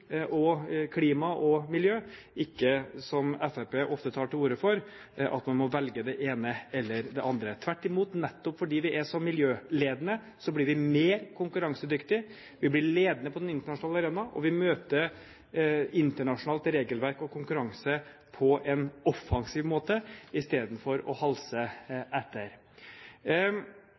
industri, klima og miljø, og ikke, som Fremskrittspartiet ofte tar til orde for, at man må velge det ene eller det andre. Tvert imot, nettopp fordi vi er så miljøledende, blir vi mer konkurransedyktige; vi blir ledende på den internasjonale arena, og vi møter internasjonalt regelverk og konkurranse på en offensiv måte i stedet for å halse etter.